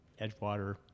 Edgewater